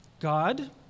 God